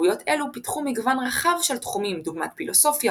תרבויות אלו פיתחו מגוון רחב של תחומים דוגמת פילוסופיה,